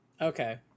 Okay